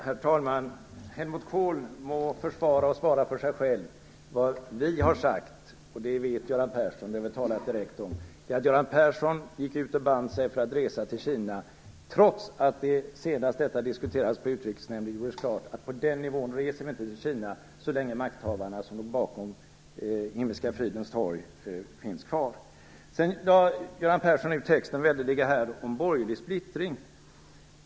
Herr talman! Helmut Kohl må försvara och svara för sig själv. Vad vi har sagt - och det vet Göran Persson, för det har vi talat direkt om - är att Göran Persson band sig för att resa till Kina trots att det gjordes klart senast detta diskuterades vid Utrikesnämnden att på den nivån reser vi inte till Kina så länge makthavarna som står bakom massakern på Himmelska fridens torg finns kvar. Göran Persson lade ut texten väldeliga om borgerlig splittring.